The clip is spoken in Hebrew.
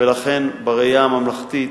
ולכן, בראייה הממלכתית